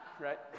right